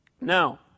Now